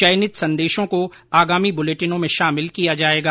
चयनित संदेशों को आगामी बुलेटिनों में शामिल किया जाएगा